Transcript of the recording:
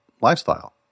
lifestyle